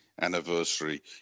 anniversary